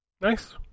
Nice